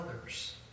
others